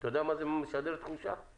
אתה יודע איזו תחושה זה משדר?